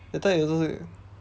that time you also say